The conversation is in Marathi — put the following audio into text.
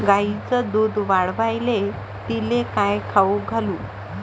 गायीचं दुध वाढवायले तिले काय खाऊ घालू?